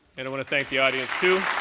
and i want to thank the audience too